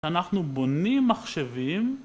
אנחנו בונים מחשבים